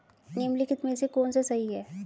निम्नलिखित में से कौन सा सही है?